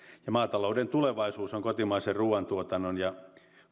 maatalouden tulevaisuus on kotimaisen ruuantuotannon ja